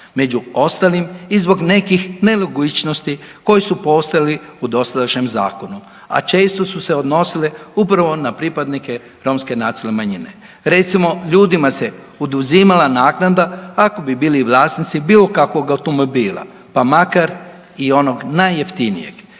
među ostalim i zbog nekih nelogičnosti koje su postoji u dosadašnjem zakonu, a često su se odnosile upravo na pripadnike romske nacionalne manjine. Recimo, ljudima se oduzimala naknada ako bi bili vlasnici bilo kakvog automobila, pa makar i onog najjeftinijeg